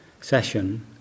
session